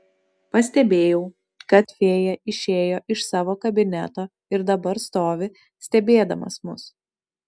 pastebėjau kad fėja išėjo iš savo kabineto ir dabar stovi stebėdamas mus